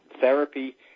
therapy